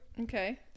Okay